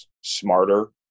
smarter